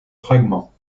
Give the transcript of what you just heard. fragments